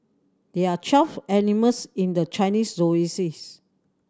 there are twelve animals in the Chinese